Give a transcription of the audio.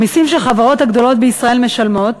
המסים שהחברות הגדולות בישראל משלמות